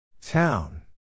Town